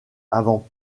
avant